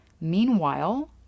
Meanwhile